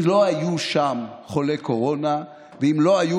אם לא היו שם חולי קורונה ואם לא היו